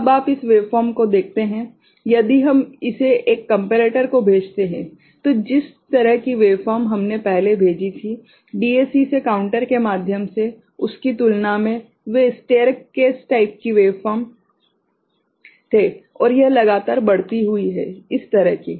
अब आप इस वेवफ़ोर्म को देखते हैं यदि हम इसे एक कम्पेरेटर को भेजते हैं तो जिस तरह की वेवफ़ोर्म हमने पहले भेजी थी DAC से काउंटर के माध्यम से उसकी तुलना मे वे स्टेयर केस टाइप की वेवफ़ोर्म थे और यह लगातार बढ़ती हुई है इस तरह की